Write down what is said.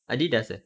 Adidas eh